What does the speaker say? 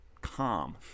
calm